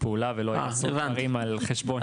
פעולה ולא יעשו דברים על חשבון --- הבנתי.